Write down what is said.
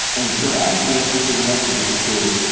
and so asm js became less of this sort of